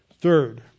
Third